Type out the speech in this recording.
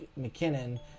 McKinnon